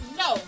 no